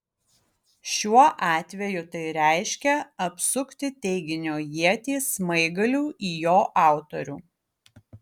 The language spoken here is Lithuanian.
šiuo atveju tai reiškia apsukti teiginio ietį smaigaliu į jo autorių